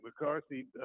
McCarthy